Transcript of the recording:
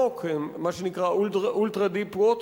מה שנקרא ultra deep water.